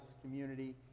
community